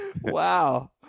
Wow